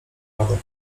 radę